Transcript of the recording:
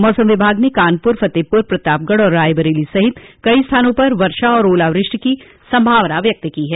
मौसम विभाग ने कानपुर फतेहपुर प्रतापगढ़ और रायबरेली सहित कई स्थानों पर वर्षा और ओलोवृष्टि की संभावना व्यक्त की है